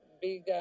big